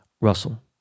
Russell